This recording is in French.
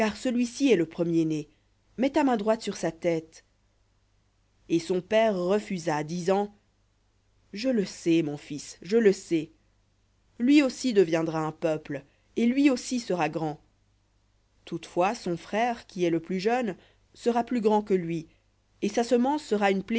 celui-ci est le premier-né mets ta main droite sur sa tête et son père refusa disant je le sais mon fils je le sais lui aussi deviendra un peuple et lui aussi sera grand toutefois son frère qui est le plus jeune sera plus grand que lui et sa semence sera